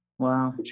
Wow